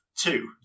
Two